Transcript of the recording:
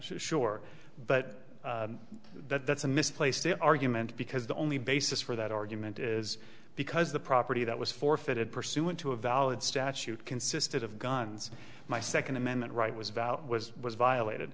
sure but that's a misplaced argument because the only basis for that argument is because the property that was forfeited pursuant to a valid statute consisted of guns my second amendment right was valid was was violated